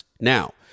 Now